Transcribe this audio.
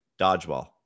Dodgeball